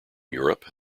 europe